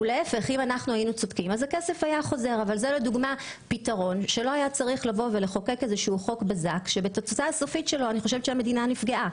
זו דוגמה לפיתרון שהוא טוב יותר מחוק בזק שרק פגע.